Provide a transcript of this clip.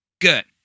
Good